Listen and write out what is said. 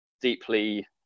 deeply